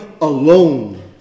alone